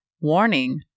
Warning